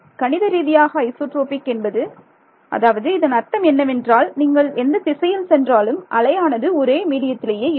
கணித ரீதியாக ஐசோட்ரோபிக் என்பது அதாவது இதன் அர்த்தம் என்னவென்றால் நீங்கள் எந்த திசையில் சென்றாலும் அலையானது ஒரே மீடியத்திலேயே இருக்கும்